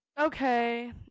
Okay